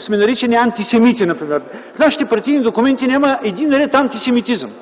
сме наричани антисемити например. В нашите партийни документи няма един ред антисемитизъм.